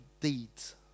deeds